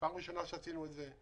זאת פעם ראשונה שעשינו את זה.